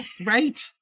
Right